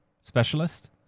specialist